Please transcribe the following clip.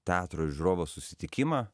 teatro ir žiūrovo susitikimą